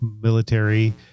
military